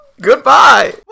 Goodbye